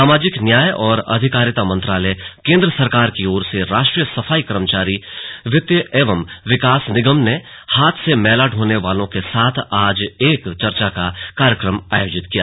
सामाजिक न्याय और अधिकारिता मंत्रालय केन्द्र सरकार की ओर से राष्ट्रीय सफाई कर्मचारी वित्त एवं विकास निगम ने हाथ से मैला ढोने वाले लोगों के साथ आज चर्चा का एक कार्यक्रम आयोजित हुआ